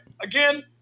again